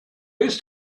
ist